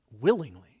willingly